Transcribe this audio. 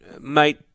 Mate